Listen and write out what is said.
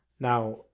Now